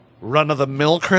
run-of-the-mill